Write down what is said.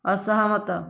ଅସହମତ